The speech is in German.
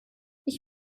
ich